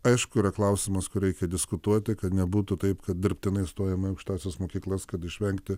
aišku yra klausimas kur reikia diskutuoti kad nebūtų taip kad dirbtinai stojama į aukštąsias mokyklas kad išvengti